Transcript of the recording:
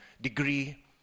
degree